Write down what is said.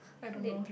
I don't know